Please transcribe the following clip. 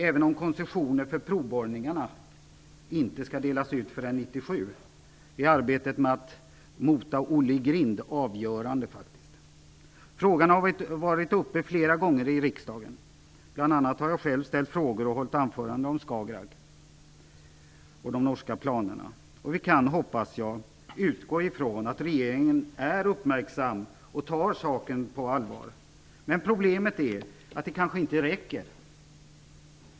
Även om koncessioner för provborrningarna inte skall beviljas förrän 1997, är arbetet med att "mota Olle i grind" avgörande. Frågan har flera gånger varit uppe i riksdagen. Bl.a. jag själv har ställt frågor och hållit anföranden om Skagerrak och de norska planerna. Jag hoppas att vi kan utgå från att regeringen är uppmärksam och tar saken på allvar. Men problemet är att det kanske inte räcker.